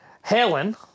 Helen